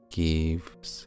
gives